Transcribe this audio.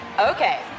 Okay